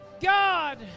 God